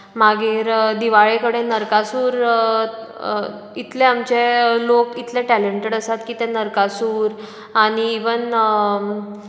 मागीर दिवाळे कडेन नरकासूर इतले आमचे लोक इतले टॅलेंटीड आसात की ते नरकासूर आनी इवन